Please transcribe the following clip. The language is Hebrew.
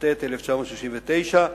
התשכ"ט 1969,